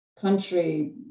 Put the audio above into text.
country